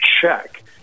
check